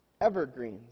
evergreens